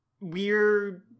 weird